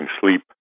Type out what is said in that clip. sleep